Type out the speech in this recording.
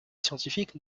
scientifique